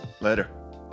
later